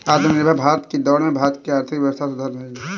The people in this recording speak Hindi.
आत्मनिर्भर भारत की दौड़ में भारत की आर्थिक व्यवस्था सुधर रही है